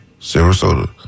Sarasota